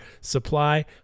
Supply